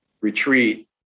retreat